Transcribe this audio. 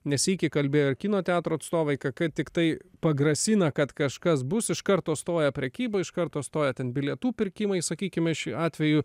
ne sykį kalbėjo ir kino teatrų atstovai kai kad tiktai pagrasina kad kažkas bus iš karto stoja prekyba iš karto stoja ten bilietų pirkimai sakykime ši atveju